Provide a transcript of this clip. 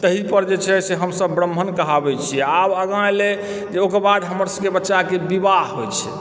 ताहीपर जे छै से हमसभ ब्राह्मण कहाबैत छियै आब आगाँ एलै जे ओकर बाद हमरसभके बच्चाके विवाह होइत छै